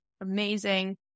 amazing